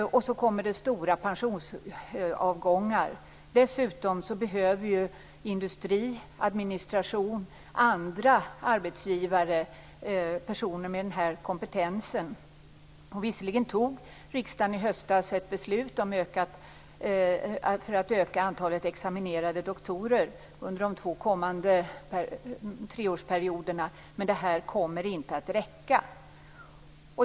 Därtill kommer stora pensionsavgångar. Dessutom behöver industri, administration och andra arbetsgivare personer med den här kompetensen. Visserligen fattade riksdagen i höstas ett beslut om att öka antalet examinerade doktorer under de två kommande treårsperioderna, men det kommer inte att räcka.